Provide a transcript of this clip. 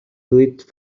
deleted